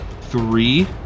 three